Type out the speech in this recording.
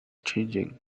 changing